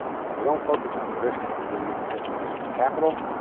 because we don't focus on the risk that we really need to take. we're risking capital.